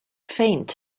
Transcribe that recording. faint